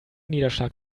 niederschlag